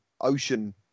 ocean